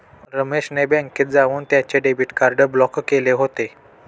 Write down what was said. रमेश ने बँकेत जाऊन त्याचे डेबिट कार्ड ब्लॉक केले होते